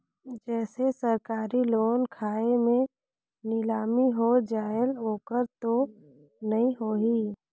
जैसे सरकारी लोन खाय मे नीलामी हो जायेल ओकर तो नइ होही?